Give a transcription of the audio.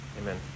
Amen